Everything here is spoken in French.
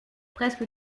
presque